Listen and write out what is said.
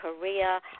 Korea